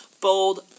Bold